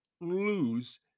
lose